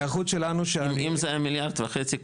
אם זה היה מיליארד וחצי,